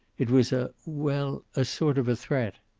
it was a well, a sort of a threat.